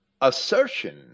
assertion